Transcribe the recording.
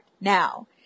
now